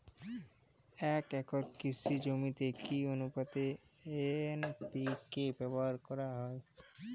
এক একর কৃষি জমিতে কি আনুপাতে এন.পি.কে ব্যবহার করা হয়?